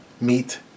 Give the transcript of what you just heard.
Meet